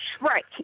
Right